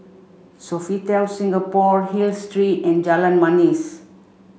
Sofitel Singapore Hill Street and Jalan Manis